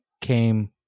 came